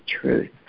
truth